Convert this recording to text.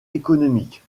économique